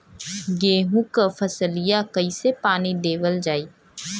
गेहूँक फसलिया कईसे पानी देवल जाई?